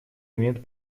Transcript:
имеет